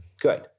Good